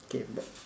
okay back